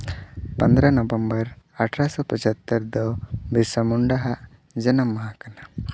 ᱯᱚᱱᱨᱚ ᱱᱚᱵᱷᱮᱢᱵᱚᱨ ᱟᱴᱷᱨᱚᱥᱚ ᱯᱚᱪᱟᱛᱛᱳᱨ ᱫᱚ ᱵᱤᱨᱥᱟ ᱢᱩᱱᱰᱟ ᱟᱜ ᱡᱟᱱᱟᱢ ᱢᱟᱦᱟ ᱠᱟᱱᱟ